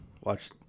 watch